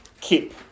keep